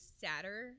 sadder